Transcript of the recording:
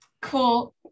Cool